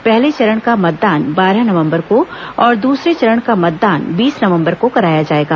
पहले चरण का मतदान बारह नवम्बर को और दूसरे चरण का मतदान बीस नवम्बर को कराया जाएगा